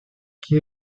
qui